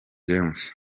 james